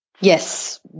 Yes